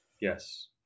Yes